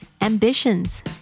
Ambitions